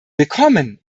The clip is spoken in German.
willkommen